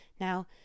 Now